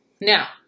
Now